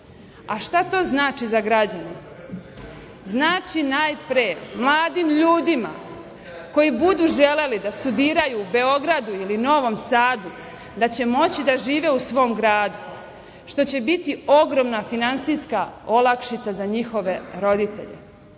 to znači za građane? Znači najpre mladim ljudima koji budu želeli da studiraju u Beogradu ili Novom Sadu, da će moći da žive u svom gradu, što će biti ogromna finansijska olakšica za njihove roditelje.